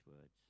words